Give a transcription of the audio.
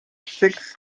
six